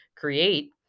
Create